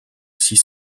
six